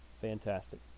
fantastic